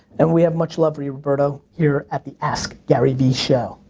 and we have much love for you roberto. here at the askgaryvee show.